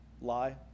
lie